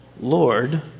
Lord